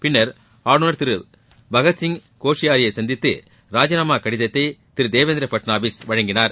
பின்னர் ஆளுநர் திரு பகத்சிய் கோஷ்யாரியை சந்தித்து ராஜினாமா கடிதத்தை திரு தேவேந்திர பட்னவிஸ் வழங்கினார்